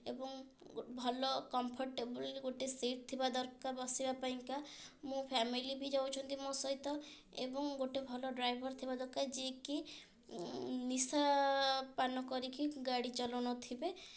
ଏବଂ ଭଲ କମ୍ଫର୍ଟେବଲ୍ ଗୋଟେ ସିଟ୍ ଥିବା ଦରକାର ବସିବା ପାଇଁକା ମୁଁ ଫ୍ୟାମିଲି ବି ଯାଉଛନ୍ତି ମୋ ସହିତ ଏବଂ ଗୋଟେ ଭଲ ଡ୍ରାଇଭର୍ ଥିବା ଦରକାର ଯିଏକି ନିଶାପାନ କରିକି ଗାଡ଼ି ଚଲାଉ ନଥିବେ